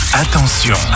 Attention